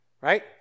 right